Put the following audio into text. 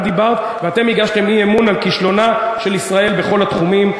ואתם הגשתם אי-אמון על כישלונה של ישראל בכל התחומים,